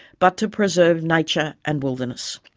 but to preserve nature and wilderness.